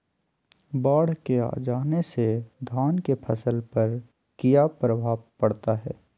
बाढ़ के आ जाने से धान की फसल पर किया प्रभाव पड़ता है?